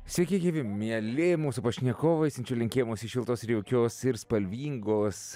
sveiki gyvi mieli mūsų pašnekovai siunčiu linkėjimus iš šiltos ir jaukios ir spalvingos